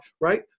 right